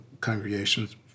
congregations